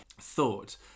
Thought